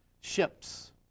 ships